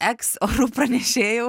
eks orų pranešėjau